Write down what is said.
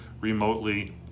remotely